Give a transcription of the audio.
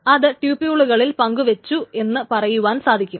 അത് ട്യൂപ്യൂളുകളിൽ പങ്കുവച്ചു എന്ന് പറയുവാൻ സാധിക്കും